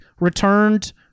returned